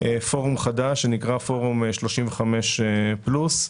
פורום חדש שנקרא פורום 35 פלוס,